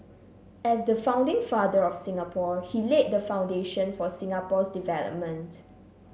as the founding father of Singapore he laid the foundation for Singapore's development